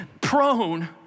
prone